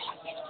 ଆଜ୍ଞା